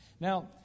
now